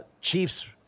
chief's